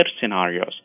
scenarios